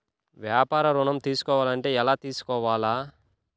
వ్యాపార ఋణం తీసుకోవాలంటే ఎలా తీసుకోవాలా?